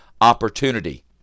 opportunity